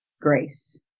grace